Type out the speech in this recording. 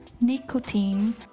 nicotine